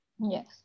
Yes